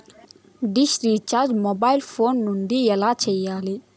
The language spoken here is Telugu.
డిష్ రీచార్జి మొబైల్ ఫోను నుండి ఎలా సేయాలి